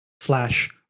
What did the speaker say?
slash